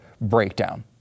breakdown